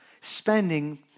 spending